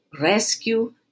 rescue